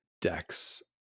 decks